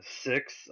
Six